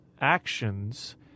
actions